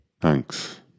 Thanks